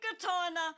katana